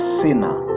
sinner